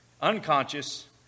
unconscious